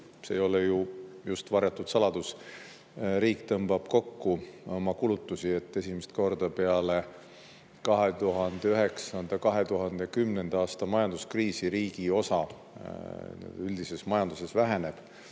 see ei ole ju just varjatud saladus –, et riik tõmbab kokku oma kulutusi, et esimest korda peale 2009. ja 2010. aasta majanduskriisi riigi osa üldises majanduses väheneb.